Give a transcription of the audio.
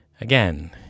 Again